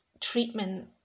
treatment